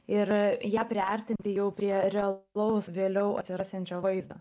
ir ją priartinti jau prie realaus jau vėliau atsirasiančio vaizdo